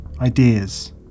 ideas